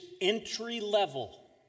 entry-level